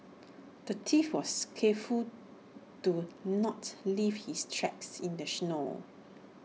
the thief was careful to not leave his tracks in the snow